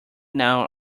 now